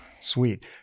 Sweet